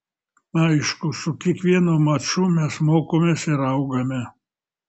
aišku su kiekvienu maču mes mokomės ir augame